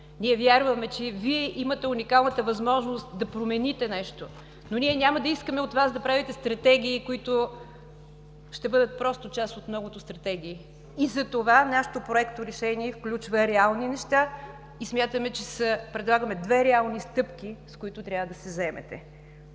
ние вярваме, че Вие имате уникалната възможност да промените нещо. Но ние няма да искаме от Вас да правите стратегии, които ще бъдат просто част от многото стратегии. И затова нашето проекторешение включва реални неща. Смятаме, че предлагаме две реални стъпки, с които трябва да се заемете.